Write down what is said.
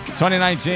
2019